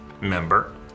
member